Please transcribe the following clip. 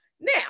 Now